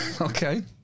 Okay